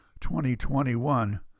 2021